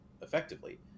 effectively